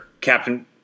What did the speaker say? Captain